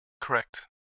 Correct